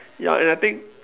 ya and I think